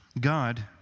God